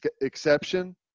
exception –